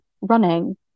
running